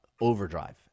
overdrive